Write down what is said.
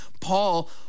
Paul